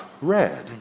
red